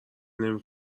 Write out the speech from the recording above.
نمی